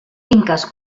finques